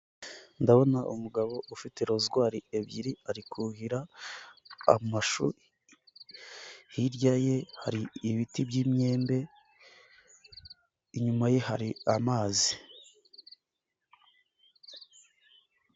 Ndabona umugabo ufite rozwari ebyiri ari kuhira amashu, hirya ye hari ibiti by'imyembe inyuma ye hari amazi.